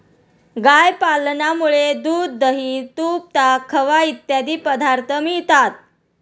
गाय पालनामुळे दूध, दही, तूप, ताक, खवा इत्यादी पदार्थ मिळतात